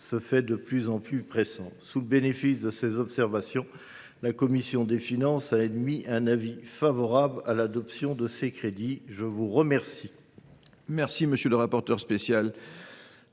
se fait de plus en plus pressant. Sous le bénéfice de ces observations, la commission des finances est favorable à l’adoption de ces crédits. La parole